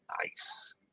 Nice